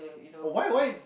oh why why